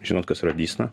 žinot kas yra dysna